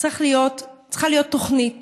צריכה להיות תוכנית